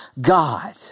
God